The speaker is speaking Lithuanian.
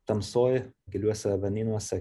tamsoj giliuose vandenynuose